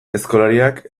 aizkolariak